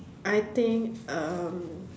I think um